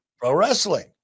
Pro-wrestling